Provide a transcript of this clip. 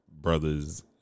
brothers